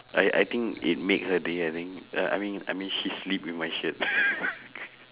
I I think it made her day I think I mean I mean she sleep with my shirt